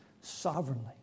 Sovereignly